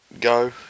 go